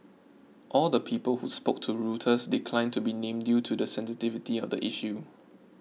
all the people who spoke to Reuters declined to be named due to the sensitivity of the issue